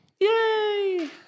Yay